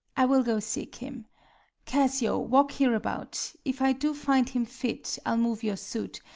i will go seek him cassio, walk hereabout if i do find him fit, i'll move your suit,